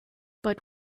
but